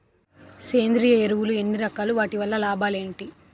సేంద్రీయ ఎరువులు ఎన్ని రకాలు? వాటి వల్ల లాభాలు ఏంటి?